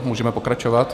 Můžeme pokračovat.